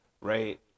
Right